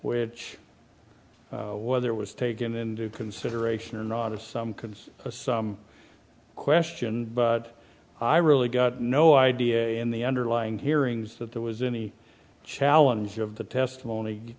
which whether it was taken into consideration or not of some kinds some question i really got no idea in the underlying hearings that there was any challenge of the testimony